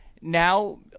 now